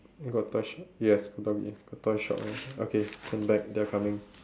you got toy shop yes doggy got toy shop have okay turn back they are coming